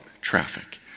traffic